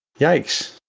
yikes,